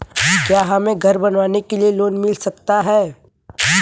क्या हमें घर बनवाने के लिए लोन मिल सकता है?